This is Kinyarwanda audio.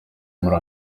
muri